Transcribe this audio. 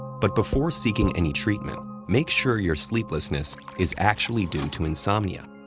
but before seeking any treatment, make sure your sleeplessness is actually due to insomnia.